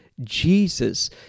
jesus